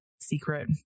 secret